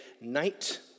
night